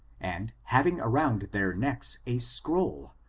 and having around their necks a scroll,